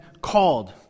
called